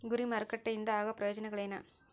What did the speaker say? ಗುರಿ ಮಾರಕಟ್ಟೆ ಇಂದ ಆಗೋ ಪ್ರಯೋಜನಗಳೇನ